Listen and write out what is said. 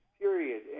period